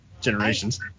Generations